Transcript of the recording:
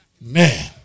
man